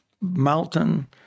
mountain